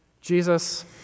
Jesus